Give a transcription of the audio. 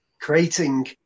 creating